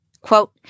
Quote